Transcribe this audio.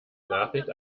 nachricht